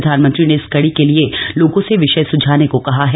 प्रधानमंत्री ने कड़ी के लिए लोगों से विषय सुझाने को डस कहा है